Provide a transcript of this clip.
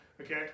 Okay